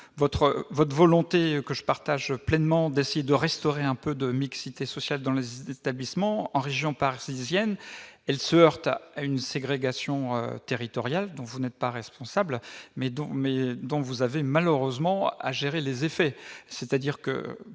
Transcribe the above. votre volonté que je partage pleinement, d'essayer de restaurer un peu de mixité sociale dans les établissements en région parisienne, elle se heurte à une ségrégation territoriale dont vous n'êtes pas responsable mais donc, mais donc vous avez malheureusement à gérer les effets, c'est-à-dire que,